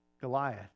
Goliath